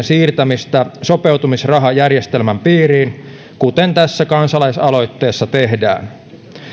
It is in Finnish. siirtämistä sopeutumisrahajärjestelmän piiriin kuten tässä kansalaisaloitteessa tehdään